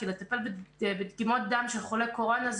כי לטפל בדגימות דם של חולי קורונה,